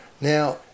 now